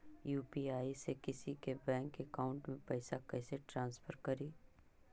UPI से किसी के बैंक अकाउंट में पैसा कैसे ट्रांसफर करी?